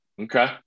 Okay